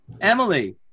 Emily